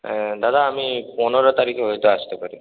দাদা আমি পনেরো তারিখে হয়তো আসতে পারি